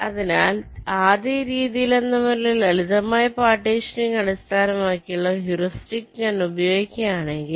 അതിനാൽ ആദ്യ രീതിയിലെന്നപോലെ ലളിതമായ പാർട്ടീഷനിംഗ് അടിസ്ഥാനമാക്കിയുള്ള ഹ്യൂറിസ്റ്റിക് ഞാൻ ഉപയോഗിക്കുകയാണെങ്കിൽ